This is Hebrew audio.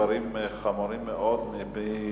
דברים חמורים מאוד מפי